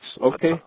Okay